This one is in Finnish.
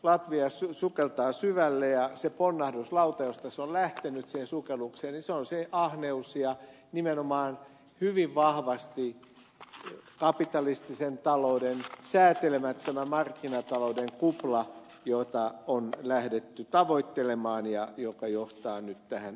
latvia sukeltaa syvälle ja se ponnahduslauta josta se on lähtenyt siihen sukellukseen on ahneus ja nimenomaan hyvin vahvasti kapitalistisen talouden säätelemättömän markkinatalouden kupla jota on lähdetty tavoittelemaan ja joka johtaa nyt tähän syvään sukellukseen